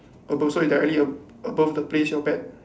above so is directly above the place your bet